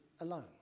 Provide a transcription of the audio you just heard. alone